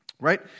right